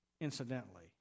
incidentally